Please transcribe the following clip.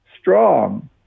strong